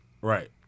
Right